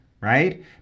right